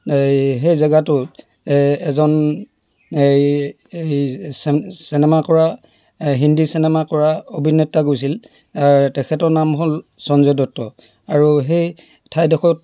সেই জেগাটোত এজন চেনেমা কৰা হিন্দী চেনেমা কৰা অভিনেতা গৈছিল তেখেতৰ নাম হ'ল সঞ্জয় দত্ত আৰু সেই ঠাইডোখৰত